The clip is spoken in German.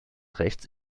rechts